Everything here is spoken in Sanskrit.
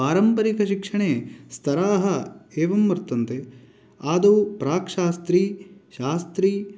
पारम्परिकशिक्षणे स्तराः एवं वर्तन्ते आदौ प्राक् शास्त्री शास्त्री